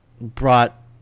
brought